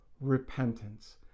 repentance